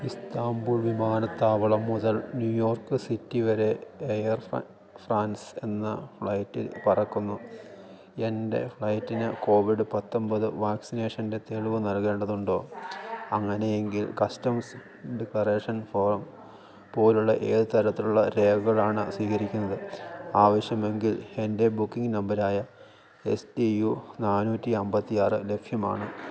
Istanbul വിമാനത്താവളം മുതൽ New York City വരെ എയര് ഫ്രാൻസ് എന്ന ഫ്ലൈറ്റിൽ പറക്കുന്നു എൻ്റെ ഫ്ലൈറ്റിന് കോവിഡ് പത്തൊമ്പത് വാക്സിനേഷൻ്റെ തെളിവ് നൽകേണ്ടതുണ്ടോ അങ്ങനെ എങ്കിൽ കസ്റ്റംസ് ഡിക്കറേഷൻ ഫോം പോലുള്ള ഏത് തരത്തിലുള്ള രേഖകളാണ് സ്വീകരിക്കുന്നത് ആവശ്യമെങ്കിൽ എൻ്റെ ബുക്കിംഗ് നമ്പറായ എസ് ടി യു നാന്നൂറ്റി അമ്പത്തി ആറ് ലഭ്യമാണ്